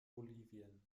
bolivien